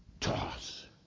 Toss